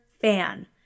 fan